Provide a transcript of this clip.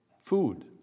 food